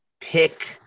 pick